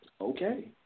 okay